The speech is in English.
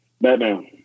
Batman